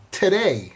today